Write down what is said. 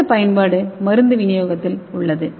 அடுத்த பயன்பாடு மருந்து விநியோகத்தில் உள்ளது